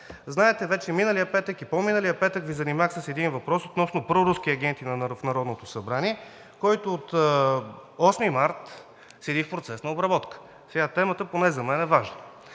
Знаете, миналия петък и по-миналия петък вече Ви занимах с един въпрос относно проруски агенти в Народното събрание, който от 8 март седи в процес на обработка. Темата поне за мен е важна.